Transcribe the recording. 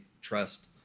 trust